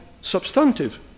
substantive